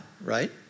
right